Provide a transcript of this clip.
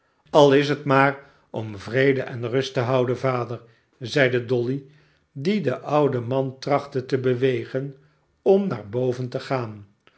al is het maar om vrede en rust te houden vader zeide dolly die den ouden man trachtte te bewegen om naar boven te gaan